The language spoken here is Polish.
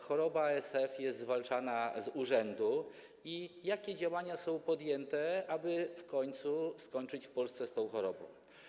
Choroba ASF jest zwalczana z urzędu i jakie działania są podjęte, aby w końcu skończyć w Polsce z tą chorobą?